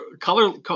color